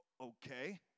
Okay